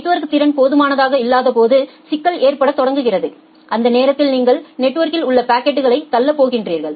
network திறன் போதுமானதாக இல்லாதபோது சிக்கல் ஏற்படத் தொடங்குகிறது அந்த நேரத்தில் நீங்கள் நெட்வொர்க்கில் உள்ள பாக்கெட்களைத் தள்ளப் போகிறீர்கள்